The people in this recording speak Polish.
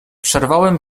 przerwałem